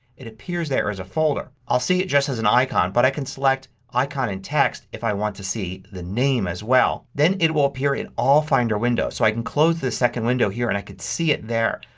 it appears there as a folder. i'll see it just as an icon but i can select icon and text if i want to see the name as well. it will appear in all finder windows. so i can close this second window here and i can see it there.